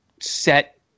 set